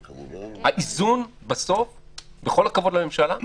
האיזון, עם כל הכבוד לממשלה,